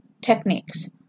techniques